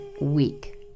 week